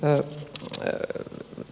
älä herätäkään